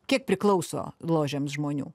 kiek priklauso ložėms žmonių